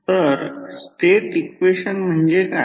तर state equation म्हणजे काय